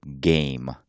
game